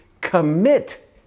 commit